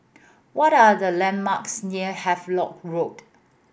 what are the landmarks near Havelock Road